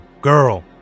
girl